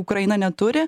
ukraina neturi